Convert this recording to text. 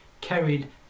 carried